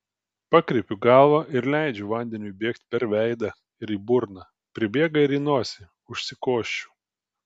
pakreipiu galvą ir leidžiu vandeniui bėgti per veidą ir į burną pribėga ir į nosį užsikosčiu